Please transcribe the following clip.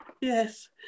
yes